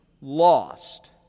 lost